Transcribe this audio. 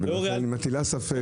לכן היא מטילה ספק.